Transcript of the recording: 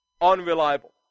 Unreliable